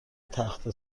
تخته